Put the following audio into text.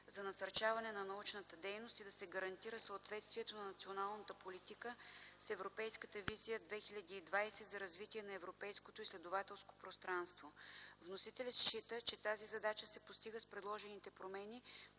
за насърчаване на научната дейност и да се гарантира съответствието на националната политика с европейската Визия 2020 за развитие на Европейското изследователско пространство. Вносителят счита, че тази задача се постига с предложените промени,